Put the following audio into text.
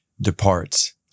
departs